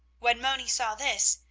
when moni saw this,